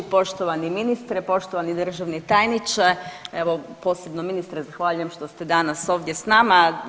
Poštovani ministre, poštovani državni tajniče, evo posebno ministre zahvaljujem što ste danas ovdje s nama.